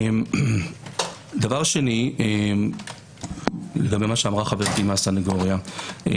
דבר שני, לגבי מה שאמרה חברתי מהסנגוריה,